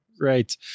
Right